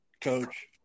Coach